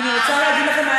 ואני רוצה להגיד לכם,